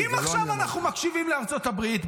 אם עכשיו אנחנו מקשיבים לארצות הברית,